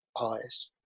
eyes